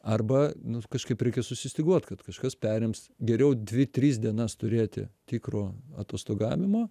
arba nu kažkaip reikia susistyguot kad kažkas perims geriau dvi tris dienas turėti tikro atostogavimo